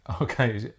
Okay